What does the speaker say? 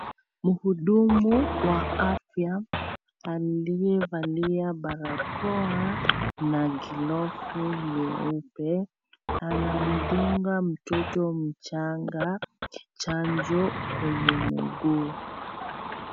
Mhudumu wa afya aliyevalia barakoa na glovu nyeupe, anamdunga mtoto mchanga chanjo kwenye mguu.